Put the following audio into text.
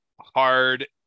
hard